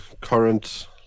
current